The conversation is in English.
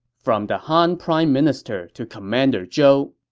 from the han prime minister to commander zhou.